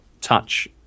touch –